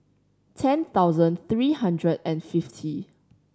ten thousand three hundred and fifty